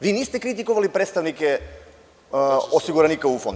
Vi niste kritikovali predstavnike osiguranika u Fondu.